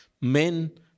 men